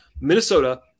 Minnesota –